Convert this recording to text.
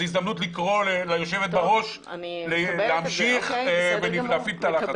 זאת הזדמנות לקרוא ליושבת בראש להמשיך ולהפעיל את הלחץ?